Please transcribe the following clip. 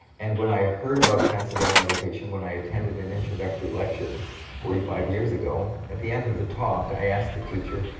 and when i heard about transcendental meditation, when i attended an introductory lecture forty five years ago, at the end of the talk i asked the teacher,